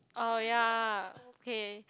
oh ya okay